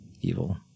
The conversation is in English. evil